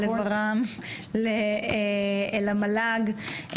לוור"ה, למל"ג,